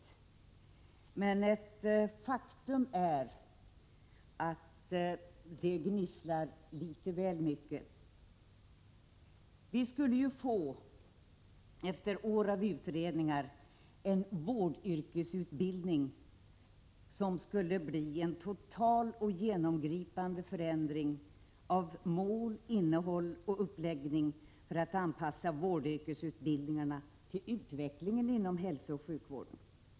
Men faktum är att det gnisslar litet väl mycket. Vi skulle ju, efter år av utredningar, få en vårdyrkesutbildning som skulle innebära en total och genomgripande förändring av mål, innehåll och uppläggning för att anpassa denna utbildning till utvecklingen inom hälsooch sjukvården.